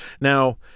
Now